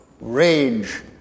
rage